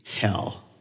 hell